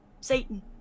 Satan